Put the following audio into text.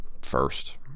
first